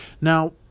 Now